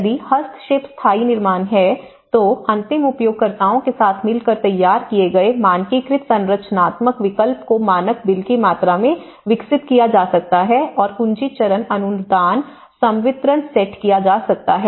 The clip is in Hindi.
यदि हस्तक्षेप स्थायी निर्माण है तो अंतिम उपयोगकर्ताओं के साथ मिलकर तैयार किए गए मानकीकृत संरचनात्मक विकल्प को मानक बिल की मात्रा में विकसित किया जा सकता है और कुंजी चरण अनुदान संवितरण सेट किया जा सकता है